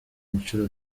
nshuro